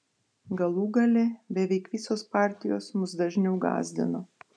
galų gale beveik visos partijos mus dažniau gąsdino